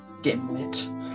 dimwit